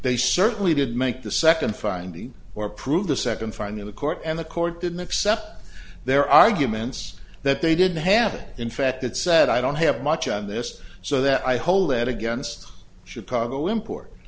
they certainly didn't make the second finding or prove the second find in the court and the court didn't accept their arguments that they didn't have in fact that said i don't have much on this so that i hold that against chicago import